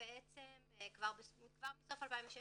כבר מסוף 2016